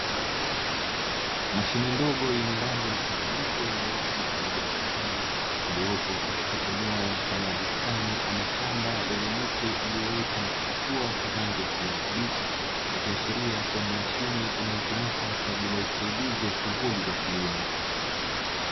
Mashine ndogo yenye rangi mchanganyiko nyeusi pamoja na manjano, iliyoko katika eneo mfano wa bustani ama shamba lenye miche iliyoota na kuchipua kwa rangi ya kijani kibichi, ikiashiria kuwa ni mashine inayotumika kwa ajili ya usaidizi wa shughuli za kilimo.